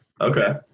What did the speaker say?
okay